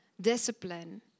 discipline